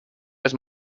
was